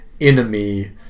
enemy